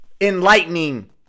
enlightening